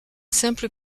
simple